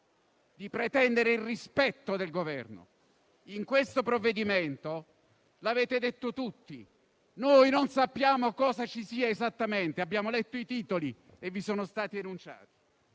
di pretendere il rispetto del Governo. In questo provvedimento - l'avete detto tutti - non sappiamo cosa ci sia esattamente. Abbiamo letto i titoli e vi sono stati annunciati.